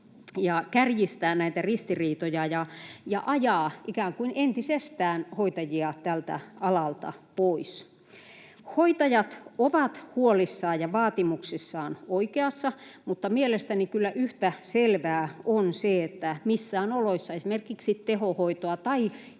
kärjistää näitä ristiriitoja ja ajaa ikään kuin entisestään hoitajia tältä alalta pois. Hoitajat ovat huolissaan ja vaatimuksissaan oikeassa, mutta mielestäni kyllä yhtä selvää on, että missään oloissa esimerkiksi tehohoitoa tai